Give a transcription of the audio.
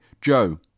Joe